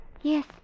Yes